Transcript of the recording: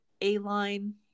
a-line